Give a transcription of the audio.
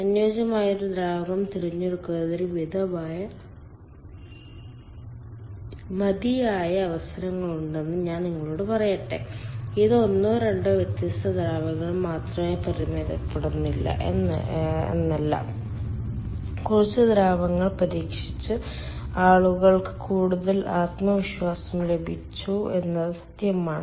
അനുയോജ്യമായ ഒരു ദ്രാവകം തിരഞ്ഞെടുക്കുന്നതിന് മതിയായ അവസരങ്ങളുണ്ടെന്ന് ഞാൻ നിങ്ങളോട് പറയട്ടെ ഇത് ഒന്നോ രണ്ടോ വ്യത്യസ്ത ദ്രാവകങ്ങളിൽ മാത്രമായി പരിമിതപ്പെടുത്തിയിട്ടില്ല എന്നല്ല കുറച്ച് ദ്രാവകങ്ങൾ പരീക്ഷിച്ചു ആളുകൾക്ക് കൂടുതൽ ആത്മവിശ്വാസം ലഭിച്ചു എന്നത് സത്യമാണ്